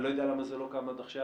אני לא יודע למה זה לא קם עד עכשיו.